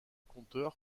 compteurs